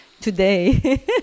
today